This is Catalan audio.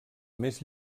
més